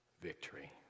victory